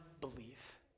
belief